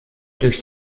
durch